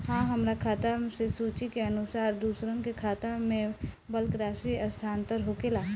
आ हमरा खाता से सूची के अनुसार दूसरन के खाता में बल्क राशि स्थानान्तर होखेला?